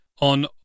on